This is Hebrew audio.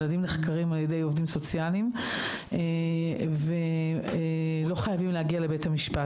ילדים נחקרים על ידי עובדים סוציאליים ולא חייבים להגיע לבית המשפט.